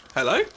Hello